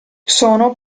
sono